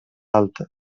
alta